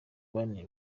bane